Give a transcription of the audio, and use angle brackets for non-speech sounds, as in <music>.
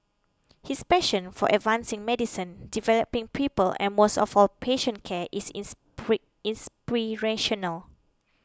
his passion for advancing medicine developing people and most of all patient care is <unintelligible> inspirational